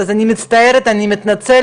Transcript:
אז אני מצטערת ואני מתנצלת,